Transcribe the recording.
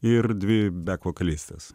ir dvi bek vokalistės